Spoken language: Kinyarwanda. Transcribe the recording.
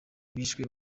bishwe